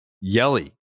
Yelly